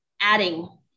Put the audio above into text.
adding